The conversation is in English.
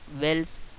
wells